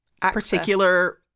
particular